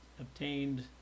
obtained